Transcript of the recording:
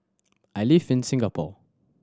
I live in Singapore